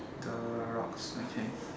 the rocks okay